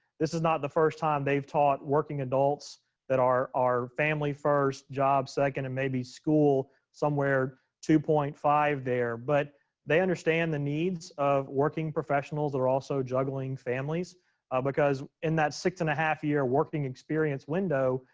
this is not the first time they've taught working adults that are are family first, job second, and maybe school somewhere two point five there. but they understand the needs of working professionals that are also juggling families because in that six and a half year working experience window,